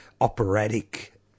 operatic